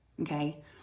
okay